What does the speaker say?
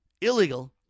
illegal